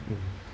mm